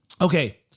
okay